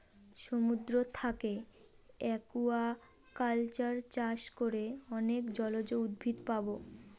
সমুদ্র থাকে একুয়াকালচার চাষ করে অনেক জলজ উদ্ভিদ পাবো